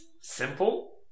simple